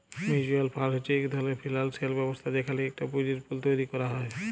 mutual fund হছে ইক ধরলের ফিল্যালসিয়াল ব্যবস্থা যেখালে ইকট পুঁজির পুল তৈরি ক্যরা হ্যয়